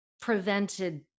prevented